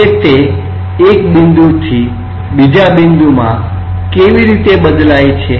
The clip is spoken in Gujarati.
હવે તે એક બિંદુથી બીજા બિંદુમાં કેવી રીતે બદલાય છે